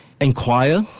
inquire